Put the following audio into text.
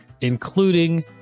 including